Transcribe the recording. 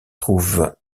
trouve